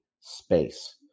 space